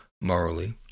morally